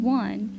one